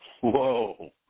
Whoa